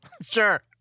Sure